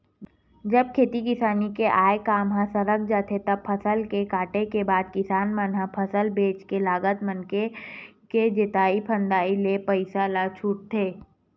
जब खेती किसानी के आय काम ह सरक जाथे तब फसल ल काटे के बाद किसान मन ह फसल बेंच के लगत मनके के जोंतई फंदई के पइसा ल छूटथे